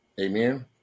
Amen